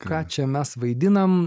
ką čia mes vaidinam